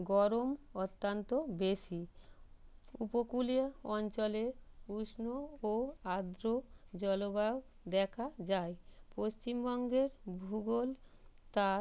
গরম অত্যান্ত বেশি উপকূলীয় অঞ্চলে উষ্ণ ও আর্দ্র জলবায়ু দেখা যায় পশ্চিমবঙ্গের ভূগোল তার